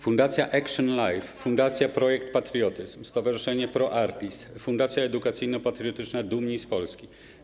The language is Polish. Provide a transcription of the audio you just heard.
Fundacja Action-Life, Fundacja Projekt Patriotyzm, Stowarzyszenie Pro Artis, Fundacja edukacyjno-patriotyczna „Dumni z Polski”